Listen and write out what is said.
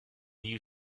you